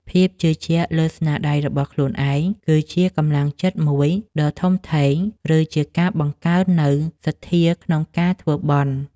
ភាពជឿជាក់លើស្នាដៃរបស់ខ្លួនឯង គឺជាកម្លាំងចិត្តមួយដ៏ធំធេង ឬជាការបង្កើននូវសទ្ធាក្នុងការធ្វើបុណ្យ។